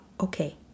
okay